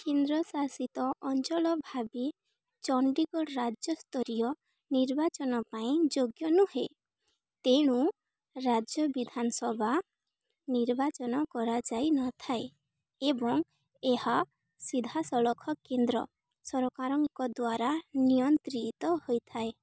କେନ୍ଦ୍ର ଶାସିତ ଅଞ୍ଚଳ ଭାବେ ଚଣ୍ଡୀଗଡ଼ ରାଜ୍ୟସ୍ତରୀୟ ନିର୍ବାଚନ ପାଇଁ ଯୋଗ୍ୟ ନୁହେଁ ତେଣୁ ରାଜ୍ୟ ବିଧାନସଭା ନିର୍ବାଚନ କରାଯାଇନଥାଏ ଏବଂ ଏହା ସିଧାସଳଖ କେନ୍ଦ୍ର ସରକାରଙ୍କ ଦ୍ୱାରା ନିୟନ୍ତ୍ରିତ ହୋଇଥାଏ